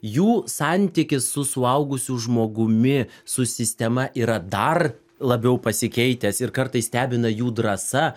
jų santykis su suaugusiu žmogumi su sistema yra dar labiau pasikeitęs ir kartais stebina jų drąsa